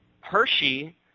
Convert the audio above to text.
Hershey